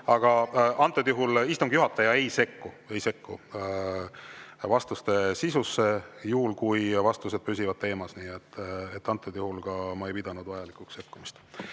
Aga antud juhul istungi juhataja ei sekku, ei sekku vastuste sisusse juhul, kui vastused püsivad teemas. Nii et antud juhul ma ei pidanud vajalikuks sekkumist.